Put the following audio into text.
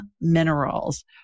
Minerals